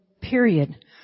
period